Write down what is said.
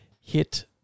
hit